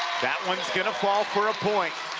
that one's going to fall for a point.